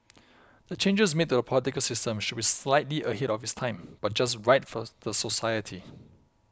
the changes made to the political system should be slightly ahead of its time but just right for the society